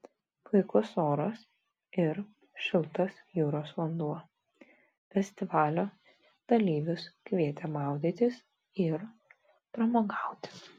puikus oras ir šiltas jūros vanduo festivalio dalyvius kvietė maudytis ir pramogauti